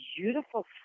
beautiful